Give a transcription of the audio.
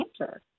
answer